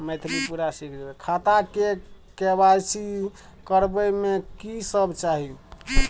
खाता के के.वाई.सी करबै में की सब चाही?